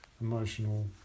emotional